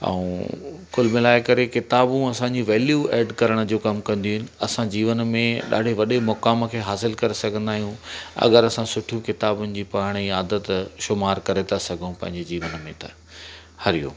ऐं कुलु मिलाए करे किताबूं असांजूं वैल्यू ऐड करण जो कमु कंदियूं आहिनि असां जीवन में ॾाढे वॾे मुक़ाम खे हासिल करे सघंदा आहियूं अगरि असां सुठियूं किताबुनि जी पढ़ण जी आदत शुमार करे था सघूं पंहिंजे जीवन में त हरिओम